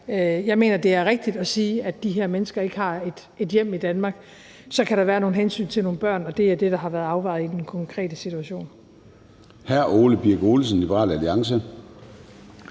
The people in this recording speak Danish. Jeg mener også, det er rigtigt at sige, at de her mennesker ikke har et hjem i Danmark. Så kan der være nogle hensyn til nogle børn, og det er det, der har været afvejet i den konkrete situation. Kl. 00:51 Formanden (Søren